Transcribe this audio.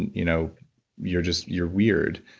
and you know you're just, you're weird,